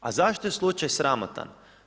A zašto je slučaj sramotan?